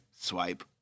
swipe